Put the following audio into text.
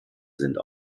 sind